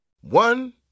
One